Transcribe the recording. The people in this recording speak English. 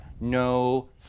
no